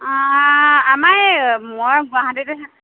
অ আমাৰ এই মই গুৱাহাটীতে থাকোঁ